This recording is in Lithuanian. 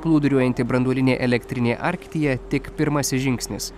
plūduriuojanti branduolinė elektrinė arktyje tik pirmasis žingsnis